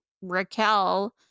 Raquel